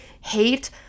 hate